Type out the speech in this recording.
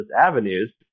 avenues